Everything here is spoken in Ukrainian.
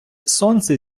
сонце